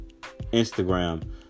Instagram